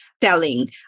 telling